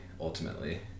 ultimately